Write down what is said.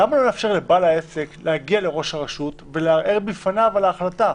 למה לא לאפשר לבעל העסק להגיע לראש הרשות ולערער בפניו על ההחלטה,